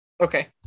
Okay